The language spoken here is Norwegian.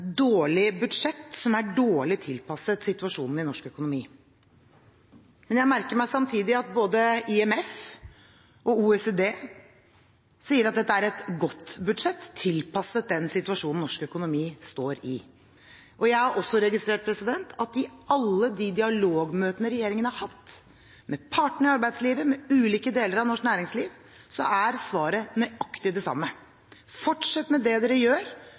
dårlig budsjett, som er dårlig tilpasset situasjonen i norsk økonomi. Men jeg merker meg samtidig at både IMF og OECD sier at dette er et godt budsjett tilpasset den situasjonen norsk økonomi står i. Jeg har også registrert at i alle dialogmøtene regjeringen har hatt med partene i arbeidslivet og med ulike deler av norsk næringsliv, er svaret nøyaktig det samme: Fortsett med det dere gjør,